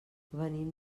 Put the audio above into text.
venim